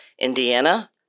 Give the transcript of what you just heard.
Indiana